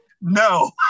no